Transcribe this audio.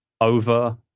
over